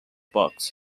books